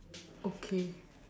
okay